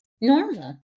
normal